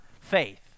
faith